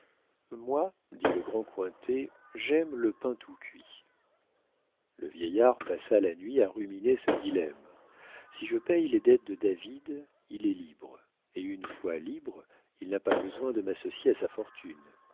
moi dit le grand cointet j'aime le pain tout cuit le vieillard passa la nuit à ruminer ce dilemme si je paye les dettes de david il est libre et une fois libre il n'a pas besoin de m'associer à sa fortune